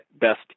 best